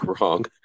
wrong